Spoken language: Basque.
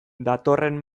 datorren